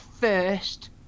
first